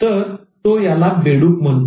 तर तो याला 'बेडूक' म्हणतो